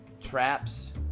traps